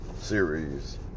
series